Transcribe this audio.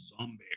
Zombie